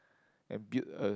and build a